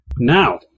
now